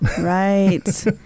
Right